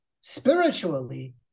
spiritually